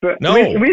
No